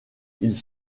ils